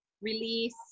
release